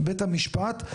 בית המשפט,